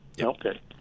Okay